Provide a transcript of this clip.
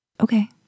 Okay